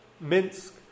Minsk